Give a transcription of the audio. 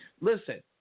listen